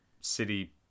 City